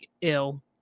ill